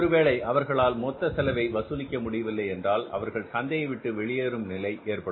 ஒருவேளை அவர்களால் மொத்த செலவை வசூலிக்க முடியவில்லை என்றால் அவர்கள் சந்தையை விட்டு வெளியேறும் நிலை ஏற்படும்